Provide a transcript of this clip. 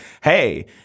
hey